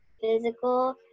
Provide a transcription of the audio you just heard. physical